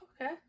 Okay